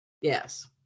Yes